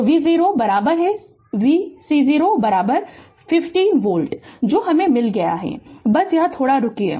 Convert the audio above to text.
तो V0 V C0 15 volt जो हमें मिल गया है बस रुकिए